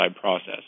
process